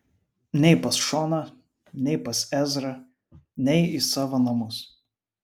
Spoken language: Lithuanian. nei pas šoną nei pas ezrą nei į savo namus